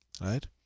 right